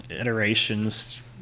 iterations